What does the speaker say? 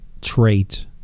trait